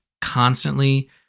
constantly